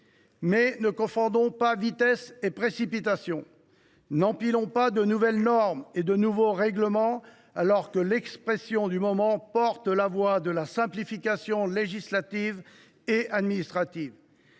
Mais ne confondons pas vitesse et précipitation. N’empilons pas de nouvelles normes et de nouveaux règlements, alors que domine aujourd’hui la voix de la simplification législative et administrative.